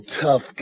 tough